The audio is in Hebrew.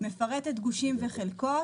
מפרטת גושים וחלקות.